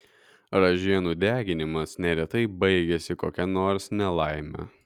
ražienų deginimas neretai baigiasi kokia nors nelaime